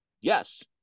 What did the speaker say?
Yes